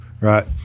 right